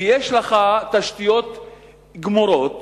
ויש לך תשתיות גמורות,